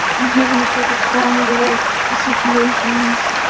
given a perfect storm or the right situations,